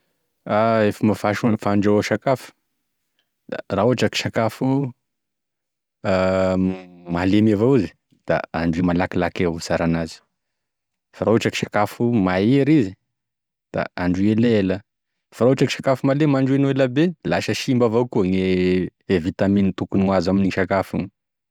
E famba fanos- fandrahoa sakafo, da raha ohatry ka sakafo malemy avao izy da andrahoy malakilaky avao mahasara anazy da handroy malakilaky evao e tsaranazy fa raha ohatra ka sakafo mahery izy da handroy elaela fa raha ohatra ka sakafo malemy gn'androinao elabe da lasa simba avao koa e vitaminy tokony ho azo aminigny sakafo igny.